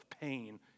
pain